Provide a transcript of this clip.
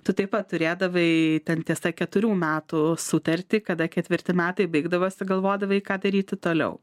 tu taip pat turėdavai ten tiesa keturių metų sutartį kada ketvirti metai baigdavosi galvodavai ką daryti toliau